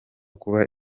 kuba